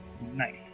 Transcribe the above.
nice